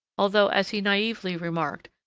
although, as he naively remarked,